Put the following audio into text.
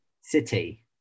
City